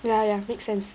ya ya makes sense